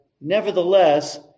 Nevertheless